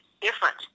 different